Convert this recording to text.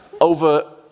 over